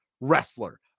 wrestler